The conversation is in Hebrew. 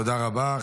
תודה רבה.